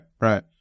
right